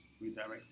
redirect